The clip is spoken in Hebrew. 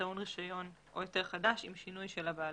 טעון רישיון או היתר חדש עם שינוי של הבעלות.